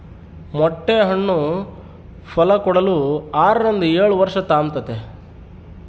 ಮೊಟ್ಟೆ ಹಣ್ಣು ಫಲಕೊಡಲು ಆರರಿಂದ ಏಳುವರ್ಷ ತಾಂಬ್ತತೆ